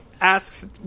asks